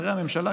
שרי הממשלה,